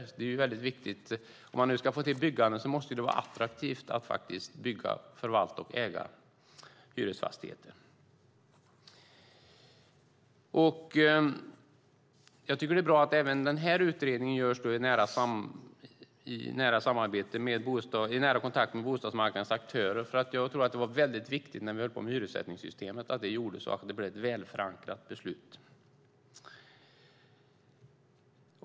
Om man ska få till ett byggande måste det var attraktivt att bygga, förvalta och äga hyresfastigheter. Det är bra att även den här utredningen görs i nära kontakt med bostadsmarknadens aktörer. När vi höll på med hyressättningssystemet tror jag att det var viktigt att detta gjordes och att det blev ett välförankrat beslut.